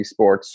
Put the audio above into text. esports